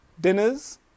dinners